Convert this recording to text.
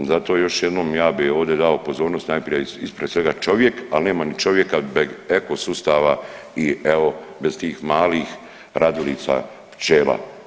Zato još jednom, ja bi ovde dao pozornost najprije ispred svega čovjek, ali nema ni čovjek bez ekosustava i evo, bez tih malih radilica, pčela.